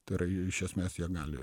tai yra iš esmės jie gali